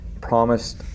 promised